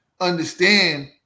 understand